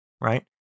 right